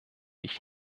ich